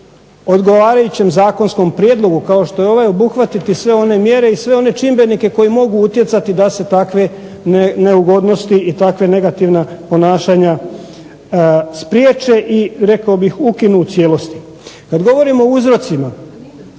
u odgovarajućem zakonskom prijedlogu kao što je ovaj obuhvatiti sve one mjere i sve one čimbenike koji mogu utjecati da se takve neugodnosti i takva negativna ponašanja spriječe i ukinu u cijelosti. Kad govorim o uzrocima